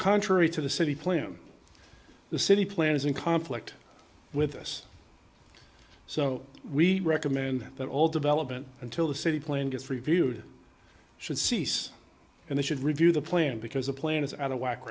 contrary to the city plan the city plan is in conflict with us so we recommend that all development until the city plan gets reviewed should cease and they should review the plan because the plan is out of whack